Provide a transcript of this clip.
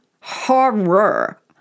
Horror